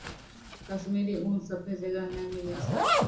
कश्मीरी ऊन सभ्भे जगह नै मिलै छै